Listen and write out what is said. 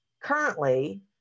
Currently